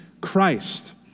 Christ